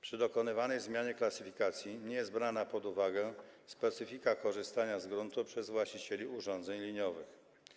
Przy dokonywanej zmianie klasyfikacji nie jest brana pod uwagę specyfika korzystania z gruntu przez właścicieli urządzeń liniowych.